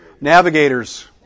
Navigators